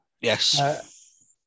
yes